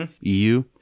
EU